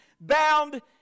bound